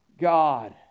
God